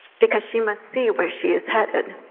because she must see where she is headed,